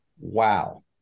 Wow